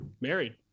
Married